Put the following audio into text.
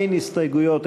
אין הסתייגויות,